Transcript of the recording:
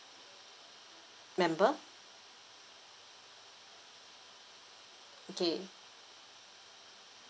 member okay